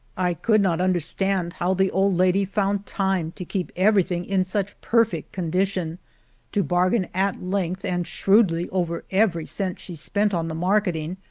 i could not understand how the old lady found time to keep everything in such perfect condition to bargain at length and shrewdly over every cent she spent on the marketing,